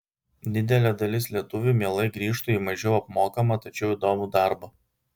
didelė dalis lietuvių mielai grįžtų į mažiau apmokamą tačiau įdomų darbą